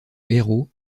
héros